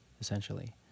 essentially